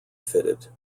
fitted